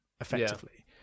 effectively